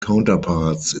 counterparts